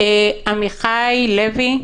עמיחי לוי,